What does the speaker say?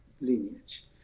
lineage